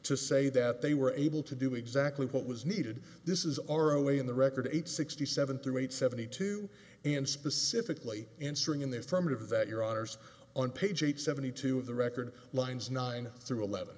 to say that they were able to do exactly what was needed this is our way in the record eight sixty seven through eight seventy two and specifically answering in the affirmative that your honors on page eight seventy two of the record lines nine